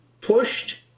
pushed